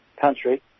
country